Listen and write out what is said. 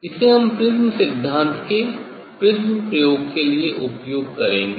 इसे हम प्रिज्म सिद्धांत के प्रिज्म प्रयोग के लिए उपयोग करेंगे